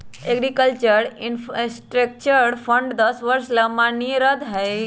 agriculture infrastructure fund दस वर्ष ला माननीय रह तय